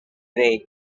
gray